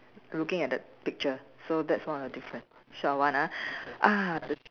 I'm looking at the picture so that's one of the difference short of one uh the